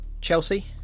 Chelsea